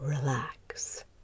relax